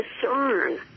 discern